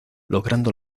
logrando